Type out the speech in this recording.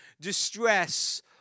distress